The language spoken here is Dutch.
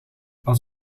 als